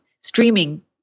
streaming